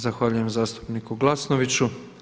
Zahvaljujem zastupniku Glasnoviću.